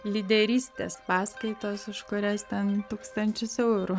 lyderystės paskaitos už kurias ten tūkstančius eurų